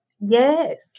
Yes